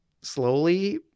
slowly